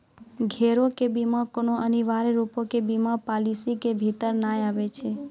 घरो के बीमा कोनो अनिवार्य रुपो के बीमा पालिसी के भीतर नै आबै छै